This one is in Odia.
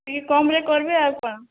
ଟିକେ କମ୍ ରେଟ୍ କର୍ବେ ଆଉ କା'ଣା